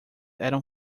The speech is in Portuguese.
eram